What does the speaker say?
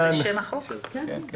כאן זה לא המצב.